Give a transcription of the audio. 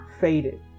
faded